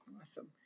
Awesome